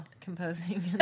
composing